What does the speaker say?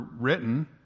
written